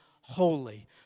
holy